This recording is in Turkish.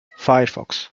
firefox